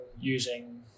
using